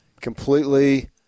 completely